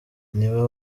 niba